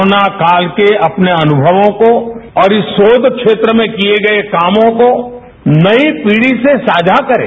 corona काल के अपने अनुमवो को और इस शोध क्षेत्र में किए गए कामो को नई पीढी से साझा करें